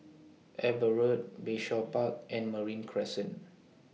Eber Road Bayshore Park and Marine Crescent